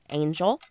angel